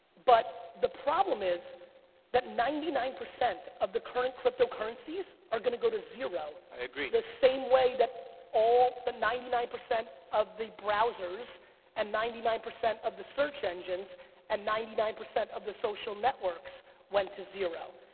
but the problem is that ninety nine percent of the current cryptocurrency's are gonna go to zero i agree. the same way that all the ninety nine percent of the browsers and ninety nine percent of the search engines and ninety nine percent of the social networks went to zero.